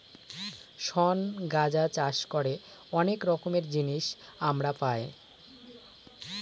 শন গাঁজা চাষ করে অনেক রকমের জিনিস আমরা পাই